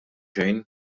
xejn